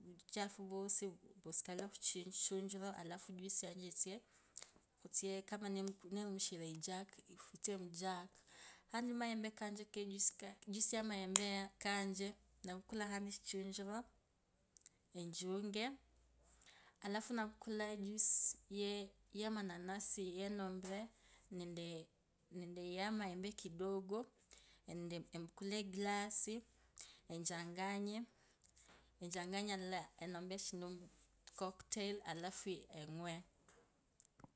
𝖵𝗎𝖼𝗁𝖺𝖿𝗎 𝗏𝗒𝖺𝗌𝗂 𝗏𝗂𝗌𝗂𝗄𝖺𝗅𝖾 𝗆𝗎𝗌𝗂𝗄𝖺𝗅𝖾 𝗆𝗎𝗌𝗁𝗂𝖼𝗁𝗎𝖺𝗃𝗂𝗋𝖾 𝖺𝗅𝖺𝖿𝗎 𝗂𝖼𝗁𝗎𝗌𝗂 𝗒𝖺𝖼𝗁𝖾 𝗂𝗍𝗌𝖾 𝗂𝗍𝗌𝖾 𝗄𝗈𝗆𝖺 𝗇𝖾𝗋𝗎𝗆𝗎𝗌𝗁𝗂𝗋𝖾 𝗂𝗃𝗎𝗀𝖺 𝗂𝗍𝗌𝗂𝖾 𝗆𝗎𝗃𝗎𝗀𝖺 𝗒𝖺𝗇𝗂 𝗆𝖺𝖾𝗆𝖻𝖾 𝗄𝖺𝖼𝗁𝖾 𝗄𝖺𝖼𝗁𝗎𝗌𝗂 𝖼𝗁𝗎𝗂𝗌𝗂 𝗒𝖺 𝗆𝖺𝖾𝗆𝖻𝖾 𝗄𝖺𝖼𝗁𝖾 𝗇𝖽𝖺𝗏𝗎𝗄𝗎𝗅𝖺 𝗄𝗁𝖺𝗇𝖽𝗂 𝗌𝗂𝖼𝗁𝗎𝗇𝗃𝗂𝗋𝗈 𝖾𝖼𝗁𝗎𝗇𝗀𝖾 𝖺𝗅𝖺𝖿𝗎 𝗇𝖽𝖺𝗏𝗎𝗄𝗎𝗅𝖺 𝖾𝖼𝗁𝗎𝗂𝗌𝗂 𝗒𝖺 𝗆𝖺𝗇𝖺𝗇𝖺𝗌𝗂 𝖾𝗇𝗈𝗆𝖻𝗂𝗋𝖾 𝗇𝖾𝗇𝖽𝖾 𝗒𝖺𝗆𝖺𝖾𝗆𝖻𝖾 𝗄𝗂𝖽𝗈𝗀𝗈 𝖾𝗆𝖻𝗎𝗄𝗎𝗅𝖾 𝖾𝗄𝗂𝗅𝖺𝗌𝗂 𝖾𝖼𝗁𝖺𝗇𝗀𝖺𝗇𝗒𝖾 𝖾𝖼𝗁𝖺𝗇𝗀𝖺𝗇𝗒𝖾 𝗇𝖾𝗇𝖽𝖾 𝖾𝗇𝗈𝖼𝗄𝗍𝖺𝗂𝗅𝗂 𝖺𝗅𝖺𝖿𝗎 𝗈𝗇𝗀𝗐𝖾.